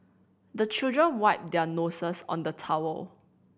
the children wipe their noses on the towel